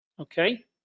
okay